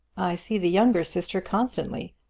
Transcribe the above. i see the younger sister constantly.